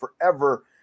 forever